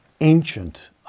ancient